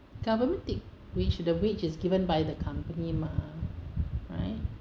government take which the wage is given by the company mah right